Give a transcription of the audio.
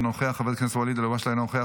אינו נוכח,